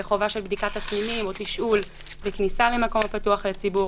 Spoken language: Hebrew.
חובה של בדיקת תסמינים או תשאול וכניסה למקום פתוח לציבור.